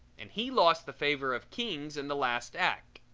and he lost the favor of kings in the last act.